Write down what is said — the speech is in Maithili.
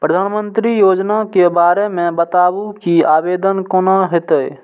प्रधानमंत्री योजना के बारे मे बताबु की आवेदन कोना हेतै?